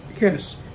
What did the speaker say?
yes